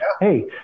Hey